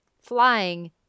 flying